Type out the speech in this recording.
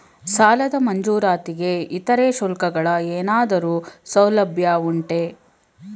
ಸಾಲದ ಮಂಜೂರಾತಿಗೆ ಇತರೆ ಶುಲ್ಕಗಳ ಏನಾದರೂ ಸೌಲಭ್ಯ ಉಂಟೆ?